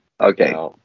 Okay